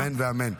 אמן ואמן.